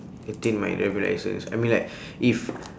attain my driver licence I mean like if